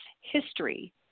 history